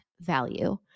value